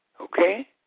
Okay